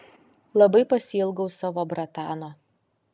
labai pasiilgau savo bratano